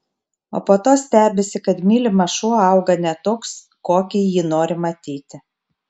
o po to stebisi kad mylimas šuo auga ne toks kokį jį nori matyti